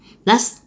last